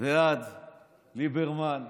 ועד ליברמן.